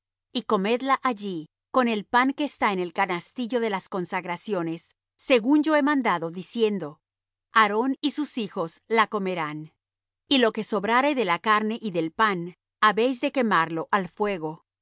y comedla allí con el pan que está en el canastillo de las consagraciones según yo he mandado diciendo aarón y sus hijos la comerán y lo que sobrare de la carne y del pan habéis de quemarlo al fuego